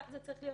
דבר שני,